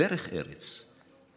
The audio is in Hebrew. דרך ארץ,